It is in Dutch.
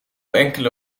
enkele